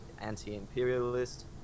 anti-imperialist